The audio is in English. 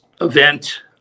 event